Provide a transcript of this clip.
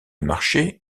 marché